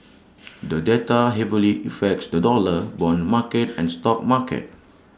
the data heavily affects the dollar Bond market and stock market